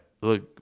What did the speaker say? look